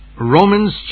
Romans